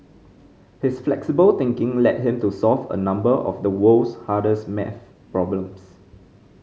his flexible thinking led him to solve a number of the world's hardest maths problems